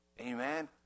Amen